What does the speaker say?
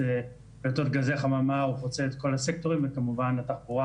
פליטות גזי חממה חוצה את כל הסקטורים וכמובן התחבורה